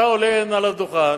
אתה עולה הנה לדוכן